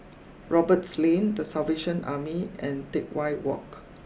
Roberts Lane the Salvation Army and Teck Whye walk